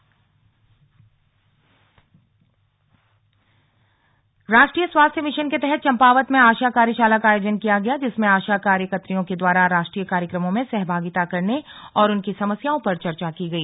आशा सम्मेलन राष्ट्रीय स्वास्थ्य मिशन के तहत चंपावत में आशा कार्यशाला का आयोजन किया गया जिसमें आशा कार्यकर्रियों के द्वारा राष्ट्रीय कार्यक्रमों में सहभागिता करने और उनकी समस्याओं पर चर्चा की गई